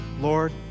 Lord